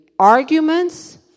Arguments